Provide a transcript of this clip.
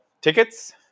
tickets